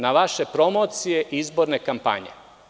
Na vaše promocije, izborne kampanje.